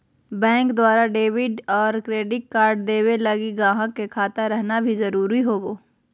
bank द्वारा debit और credit card देवे लगी गाहक के खाता रहना भी जरूरी होवो